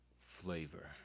flavor